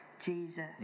Jesus